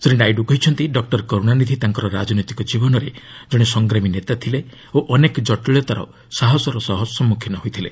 ଶ୍ରୀ ନାଇଡୁ କହିଛନ୍ତି ଡକ୍ଟର କରୁଣାନିଧି ତାଙ୍କର ରାଜନୈତିକ ଜୀବନରେ ଜଣେ ସଂଗ୍ରାମୀ ନେତା ଥିଲେ ଓ ଅନେକ ଜଟିଳତାର ସାହସର ସହ ସମ୍ମୁଖୀନ ହୋଇଥିଲେ